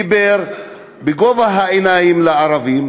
דיבר בגובה העיניים אל הערבים,